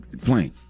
plane